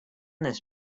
this